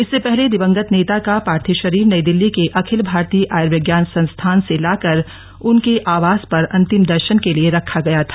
इससे पहले दिवंगत नेता का पार्थिव शरीर नई दिल्ली के अखिल भारतीय आयुर्विज्ञान संस्थान से लाकर उनके आवास पर अंतिम दर्शन के लिए रखा गया था